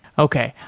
okay.